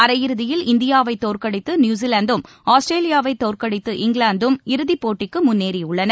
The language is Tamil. அரையிறுதியில் இந்தியாவை தோற்கடித்து நியூசிலாந்தும் ஆஸ்திரேலியாவை தோற்கடித்து இங்கிலாந்தும் இறுதிப் போட்டிக்கு முன்னேறியுள்ளன